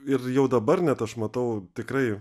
ir jau dabar net aš matau tikrai